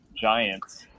Giants